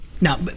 Now